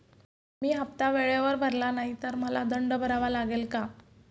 मी हफ्ता वेळेवर भरला नाही तर मला दंड भरावा लागेल का?